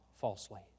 falsely